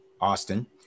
Austin